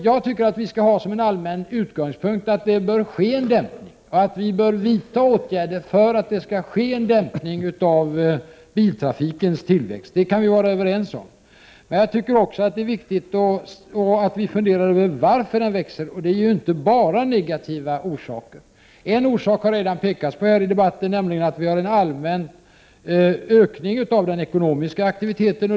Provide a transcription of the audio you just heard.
Jag tycker att vi skall ha som utgångspunkt att det bör ske en dämpning. Vi bör vidta åtgärder för att det skall ske en dämpning av biltrafikens tillväxt. Det kan vi vara överens om. Men jag tycker också att det är viktigt att vi funderar över varför biltrafiken växer. Det finns inte bara negativa orsaker. 33 En orsak har redan påpekats i debatten, nämligen att vi har en allmän ökning av den ekonomiska aktiviteten.